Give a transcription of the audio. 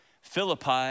Philippi